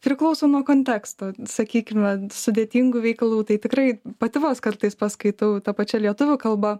priklauso nuo konteksto sakykime sudėtingų veikalų tai tikrai pati vos kartais paskaitau ta pačia lietuvių kalba